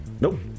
Nope